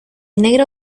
negro